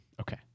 okay